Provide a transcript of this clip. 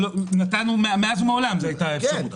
מאז ומעולם הייתה אפשרות.